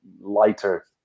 lighter